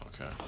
Okay